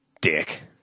Dick